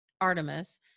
Artemis